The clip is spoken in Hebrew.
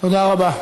תודה רבה.